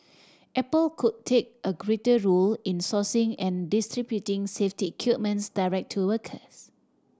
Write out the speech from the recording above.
apple could take a greater role in sourcing and distributing safety equipment direct to workers